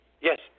Yes